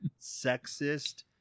sexist